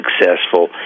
successful